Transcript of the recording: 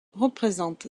représente